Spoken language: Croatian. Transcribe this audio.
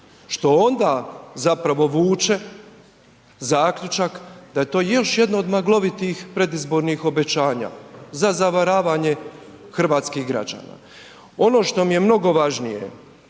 što onda zapravo vuče zaključak da je to još jedno od maglovitih predizbornih obećanja za zavaravanje hrvatskih građana. Ono što mi je mnogo važnije,